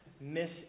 Miss